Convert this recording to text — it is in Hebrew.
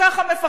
מפחדת,